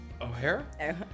O'Hare